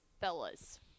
fellas